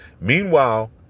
meanwhile